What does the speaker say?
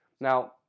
Now